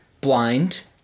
blind